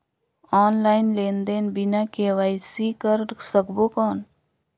Online लेनदेन बिना KYC कर सकबो कौन??